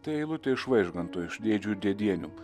tai eilutė iš vaižganto iš dėdžių ir dėdienių